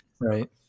right